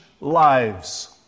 lives